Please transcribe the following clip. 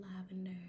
lavender